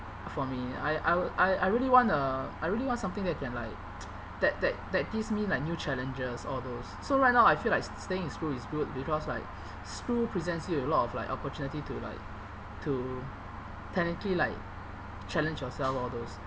for me I I w~ I really want a I really want something that can like that that that gives me like new challenges all those so right now I feel like s~ staying in school is good because like school presents you a lot of like opportunity to like to technically like challenge yourself all those